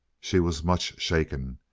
she was much shaken.